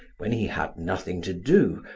when he had nothing to do,